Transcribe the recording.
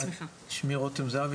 שמי רותם זהבי,